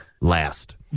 last